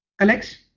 alex